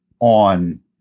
on